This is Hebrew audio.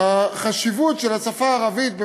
השפה הערבית,